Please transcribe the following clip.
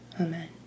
amen